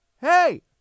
Hey